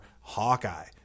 hawkeye